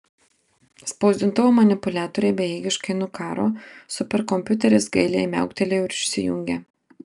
spausdintuvo manipuliatoriai bejėgiškai nukaro superkompiuteris gailiai miauktelėjo ir išsijungė